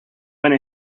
went